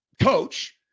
coach